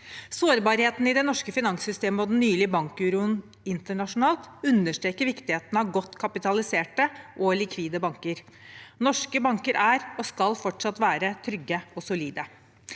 Sårbarhetene i det norske finanssystemet og den nylige bankuroen internasjonalt understreker viktigheten av godt kapitaliserte og likvide banker. Norske banker er og skal fortsatt være trygge og solide.